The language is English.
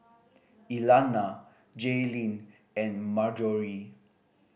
Elana Jaylyn and Marjorie